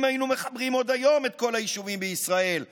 אם היינו מחברים עוד היום את כל היישובים בישראל למים,